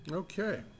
Okay